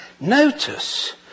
Notice